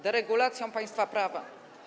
Deregulacją państwa prawa.